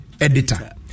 editor